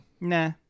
Nah